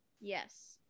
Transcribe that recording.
Yes